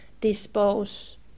dispose